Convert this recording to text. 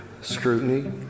scrutiny